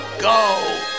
go